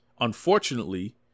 Unfortunately